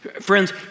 Friends